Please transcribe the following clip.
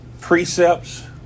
precepts